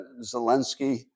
Zelensky